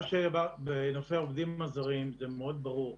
בנושא העובדים הזרים זה מאוד ברור.